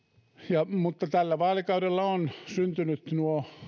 mutta tällä vaalikaudella on syntynyt